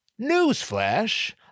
Newsflash